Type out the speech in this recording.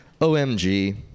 OMG